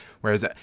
whereas